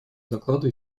доклада